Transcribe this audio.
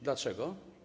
Dlaczego?